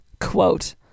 quote